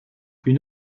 une